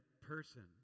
person